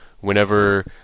whenever